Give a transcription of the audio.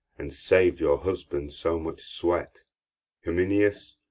and sav'd your husband so much sweat cominius,